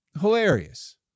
hilarious